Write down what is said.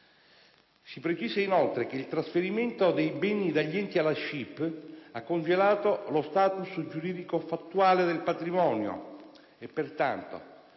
Si precisa, inoltre, che il trasferimento dei beni dagli enti alla SCIP ha congelato lo *status* giuridico-fattuale del patrimonio e, pertanto,